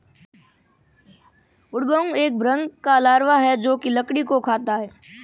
woodworm एक भृंग का लार्वा है जो की लकड़ी को खाता है